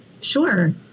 Sure